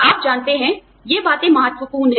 आप जानते हैं ये बातें महत्वपूर्ण हैं